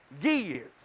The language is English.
years